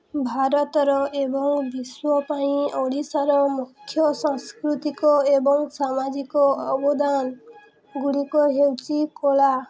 ଭାରତର ଏବଂ ବିଶ୍ୱ ପାଇଁ ଓଡ଼ିଶାର ମୁଖ୍ୟ ସଂଂସ୍କୃତିକ ଏବଂ ସାମାଜିକ ଅବଦାନଗୁଡ଼ିକ ହେଉଛି କଳା